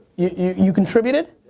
you contributed?